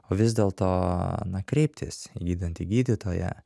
o vis dėlto na kreiptis į gydantį gydytoją